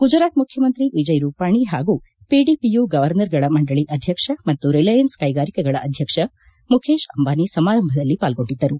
ಗುಜರಾತ್ ಮುಖ್ಚಮಂತ್ರಿ ವಿಜಯ್ ರೂಪಾಣಿ ಹಾಗೂ ಪಿಡಿಪಿಯು ಗೌರ್ನರ್ಗಳ ಮಂಡಳಿ ಅಧ್ಯಕ್ಷ ಮತ್ತು ರಿಲಯನ್ಸ್ ಕೈಗಾರಿಕೆಗಳ ಅಧ್ಯಕ್ಷ ಮುಖೇಶ್ ಅಂಬಾನಿ ಸಮಾರಂಭದಲ್ಲಿ ಪಾಲ್ಗೊಂಡಿದ್ದರು